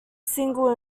single